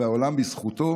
והעולם בזכותו